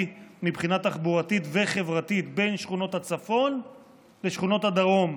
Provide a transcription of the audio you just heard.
מבחינה תחבורתית וחברתית בין שכונות הצפון לשכונות הדרום.